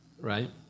right